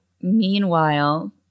meanwhile